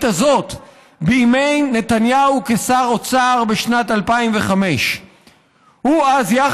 הזאת בימי נתניהו כשר אוצר בשנת 2005. הוא אז יזם,